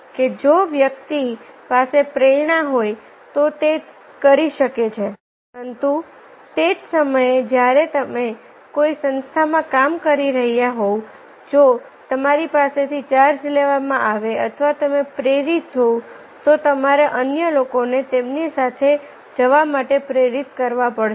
કે જો વ્યક્તિ પાસે પ્રેરણા હોય તો તે કરી શકે છે પરંતુ તે જ સમયે જ્યારે તમે કોઈ સંસ્થામાં કામ કરી રહ્યા હોવ જો તમારી પાસેથી ચાર્જ લેવામાં આવે અથવા તમે પ્રેરિત હોવ તો તમારે અન્ય લોકોને તેમની સાથે જવા માટે પ્રેરિત કરવા પડશે